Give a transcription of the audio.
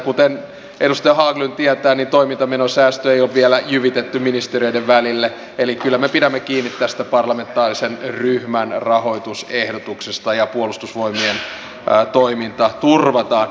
kuten edustaja haglund tietää niin toimintamenosäästöjä ei ole vielä jyvitetty ministeriöiden välille eli kyllä me pidämme kiinni tästä parlamentaarisen ryhmän rahoitusehdotuksesta ja puolustusvoimien toiminta turvataan